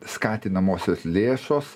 skatinamosios lėšos